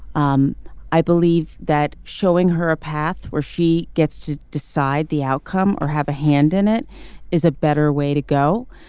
um i believe that showing her a path where she gets to decide the outcome or have a hand in it is a better way to go.